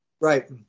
Right